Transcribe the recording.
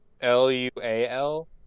L-U-A-L